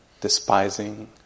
Despising